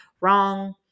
wrong